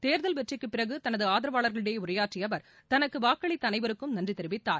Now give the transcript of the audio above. தேர்தல் வெற்றிக்கு பிறகு தனது ஆதரவாளர்களிடையே உரையாற்றிய அவர் தனக்கு வாக்களித்த அனைவருக்கும் நன்றி தெரவித்தார்